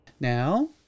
Now